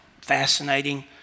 fascinating